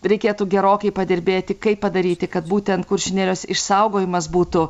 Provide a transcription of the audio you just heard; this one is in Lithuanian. reikėtų gerokai padirbėti kaip padaryti kad būtent kuršių nerijos išsaugojimas būtų